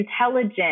intelligent